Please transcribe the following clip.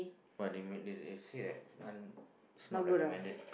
but they mean they they said that this one is not recommended